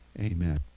amen